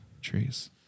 Trees